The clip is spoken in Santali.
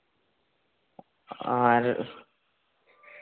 ᱟᱨ